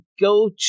go